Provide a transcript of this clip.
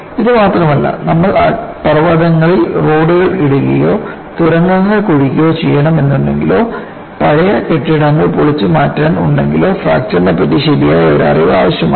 ഇത് മാത്രമല്ല നമ്മൾ പർവതങ്ങളിൽ റോഡുകൾ ഇടുകയോ തുരങ്കങ്ങൾ കുഴിക്കുകയോ ചെയ്യണം എന്നുണ്ടെങ്കിലോ പഴയ കെട്ടിടങ്ങൾ പൊളിച്ചുമാറ്റാൻ ഉണ്ടെങ്കിലോ ഫ്രാക്ചർനെപ്പറ്റി ശരിയായ ഒരു അറിവ് ആവശ്യമാണ്